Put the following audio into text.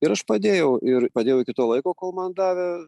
ir aš padėjau ir padėjau iki to laiko kol man davė